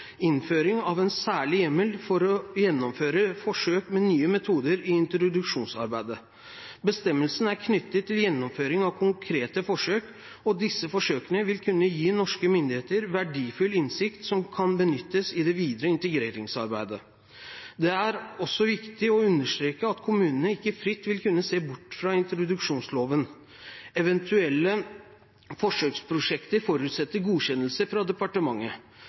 innføring av en særlig hjemmel for å gjennomføre forsøk med nye metoder i introduksjonsarbeidet. Bestemmelsen er knyttet til gjennomføring av konkrete forsøk, og disse forsøkene vil kunne gi norske myndigheter verdifull innsikt som kan benyttes i det videre integreringsarbeidet. Det er også viktig å understreke at kommunene ikke fritt vil kunne se bort fra introduksjonsloven. Eventuelle forsøksprosjekter forutsetter godkjennelse fra departementet.